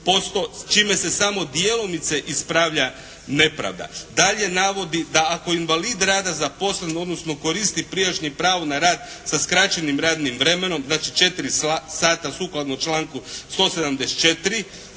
čime se samo djelomice ispravlja nepravda. Dalje navodi da ako invalid rada zaposlen, odnosno koristi prijašnje pravo na rad sa skraćenim radnim vremenom, znači 4 sata sukladno članku 174.